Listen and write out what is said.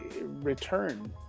return